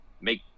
make